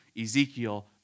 Ezekiel